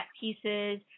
pieces